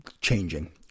changing